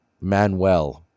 Manuel